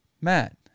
Matt